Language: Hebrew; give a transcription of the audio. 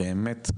באמת,